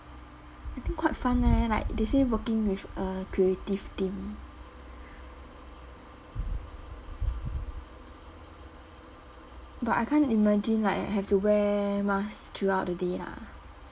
I think quite fun eh like they say working with a creative team but I can't imagine like I have to wear mask throughout the day lah